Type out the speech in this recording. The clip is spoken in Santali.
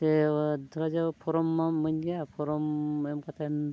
ᱪᱮ ᱫᱷᱚᱨᱟᱡᱟᱣ ᱯᱷᱚᱨᱚᱢᱟᱢ ᱮᱢᱟᱹᱧ ᱜᱮᱭᱟ ᱯᱷᱚᱨᱚᱢ ᱮᱢ ᱠᱟᱛᱮᱱ